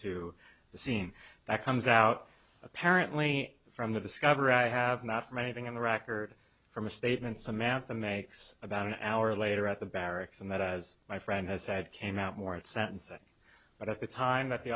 to the scene that comes out apparently from the discovery i have not from anything on the record from a statement samantha makes about an hour later at the barracks and that as my friend has said came out more at sentencing but at the time that the